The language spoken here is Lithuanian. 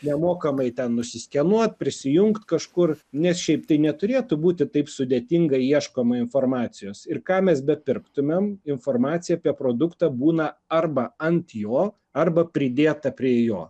nemokamai ten nusiskenuot prisijungt kažkur nes šiaip tai neturėtų būti taip sudėtingai ieškoma informacijos ir ką mes bepirktumėm informacija apie produktą būna arba ant jo arba pridėta prie jo